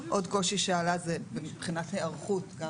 עוד קושי שעלה זה מבחינת היערכות גם